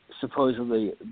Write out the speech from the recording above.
supposedly